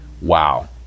Wow